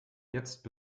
jetzt